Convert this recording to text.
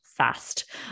fast